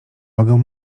mogę